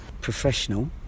professional